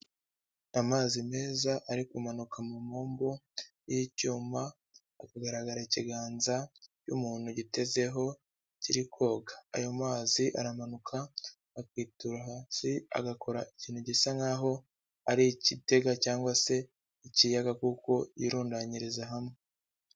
Amazi meza ari kumanuka mu mpombo y'icyuma, hari akagaragara ikiganza cy'umuntu gitezeho kiri koga, ayo mazi aramanuka akitura hasi agakora ikintu gisa nk'aho ari ikitega cyangwa se ikiyaga kuko yirundanyiriza hamwe.